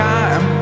time